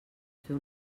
fer